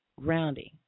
grounding